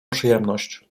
przyjemność